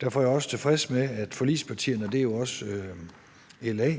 Derfor er jeg også tilfreds med, at forligspartierne, og det er jo også LA,